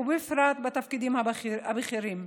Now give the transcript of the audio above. ובפרט בתפקידים הבכירים.